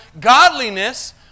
godliness